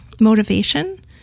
motivation